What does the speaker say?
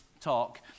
talk